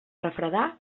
refredar